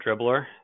dribbler